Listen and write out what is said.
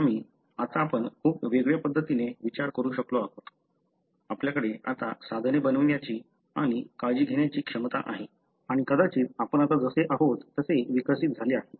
परिणामी आता आपण खूप वेगळ्या पद्धतीने विचार करू शकलो आहोत आपल्याकडे आता साधने बनवण्याची आणि काळजी घेण्याची क्षमता आहे आणि कदाचित आपण आता जसे आहोत तसे विकसित झाले आहे